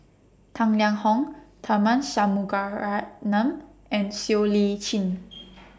Tang Liang Hong Tharman Shanmugaratnam and Siow Lee Chin